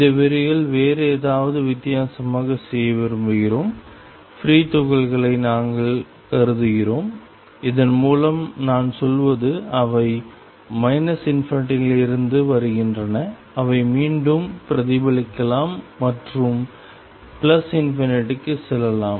இந்த விரிவுரையில் வேறு ஏதாவது வித்தியாசமாக செய்ய விரும்புகிறோம் ஃப்ரீ துகள்களை நாங்கள் கருதுகிறோம் இதன் மூலம் நான் சொல்வது அவை ∞ இலிருந்து வருகின்றன அவை மீண்டும் பிரதிபலிக்கலாம் மற்றும் ∞ க்குச் செல்லலாம்